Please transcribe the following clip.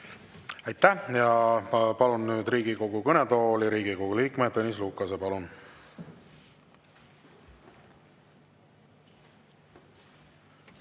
Aitäh! Ja palun nüüd Riigikogu kõnetooli Riigikogu liikme Tõnis Lukase. Palun!